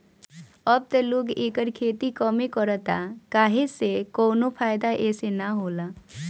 अब त लोग एकर खेती कमे करता काहे से कवनो फ़ायदा एसे न होला